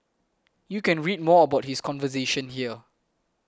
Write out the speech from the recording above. you can read more about his conversation here